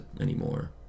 anymore